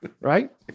Right